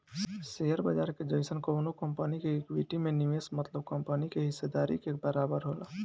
share बाजार के जइसन कवनो कंपनी के इक्विटी में निवेश मतलब कंपनी के हिस्सेदारी के बराबर होला